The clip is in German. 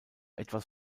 etwas